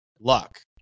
luck